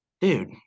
dude